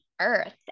earth